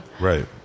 right